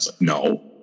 No